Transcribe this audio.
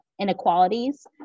inequalities